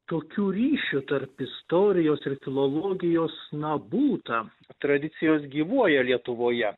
tokių ryšių tarp istorijos ir filologijos na būta tradicijos gyvuoja lietuvoje